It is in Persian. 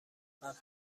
کنیم